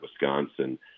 Wisconsin